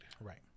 Right